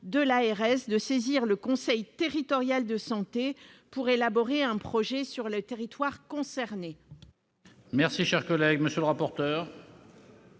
de l'ARS de saisir le conseil territorial de santé afin d'élaborer un projet sur le territoire concerné.